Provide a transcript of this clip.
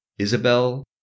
Isabel